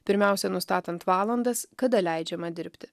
pirmiausia nustatant valandas kada leidžiama dirbti